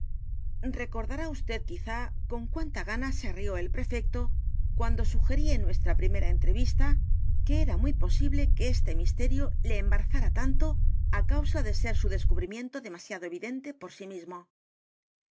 á vd quizá con cuánta g a n a se rió el prefecto cuando sugerí en nuestra primera entrevista que er edgar poe novelas y cuentos muy posible que este misterio le embarazara tanto á causa de ser su descubrimiento demasiado evidente por sí mismo